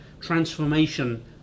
transformation